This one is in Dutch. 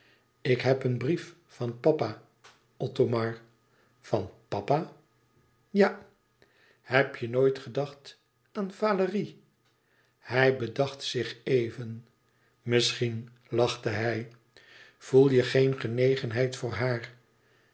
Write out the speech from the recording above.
ik heb een brief van papa othomar van papa ja heb je nooit gedacht aan valérie hij bedacht zich even misschien lachte hij voel je geen genegenheid voor haar